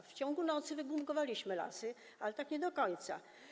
W ciągu nocy wygumkowaliśmy lasy, ale tak nie do końca.